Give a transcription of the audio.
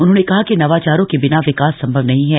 उन्होंने कहा कि नवाचारों के बिना विकास संभव नहीं है